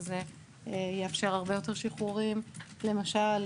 שזה יאפשר הרבה יותר שחרורים; למשל,